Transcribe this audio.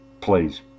please